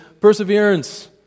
perseverance